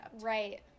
right